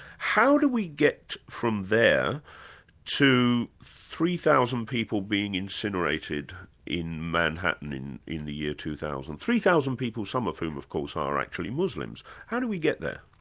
how do we get from there to three thousand people being incinerated in manhattan in in the year two thousand, three thousand people, some of whom of course are actually muslims. how do we get there?